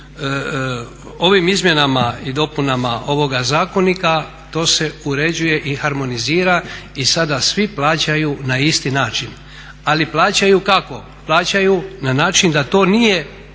ovim izmjenama i dopunama ovoga zakonika to se uređuje i harmonizira i sada svi plaćaju na isti način. Ali plaćaju kako? Plaćaju na način da to nije,